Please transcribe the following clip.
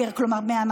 פה